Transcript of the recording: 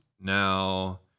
Now